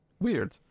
Weird